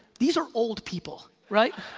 these are old people, right?